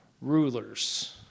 rulers